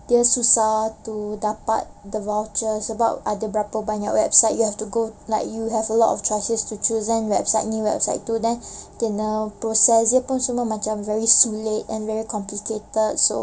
dia susah to dapat the vouchers sebab ada berapa banyak website you have to go like you have a lot choices to choose then website tu then in the process semua pun macam very sulit and very complicated so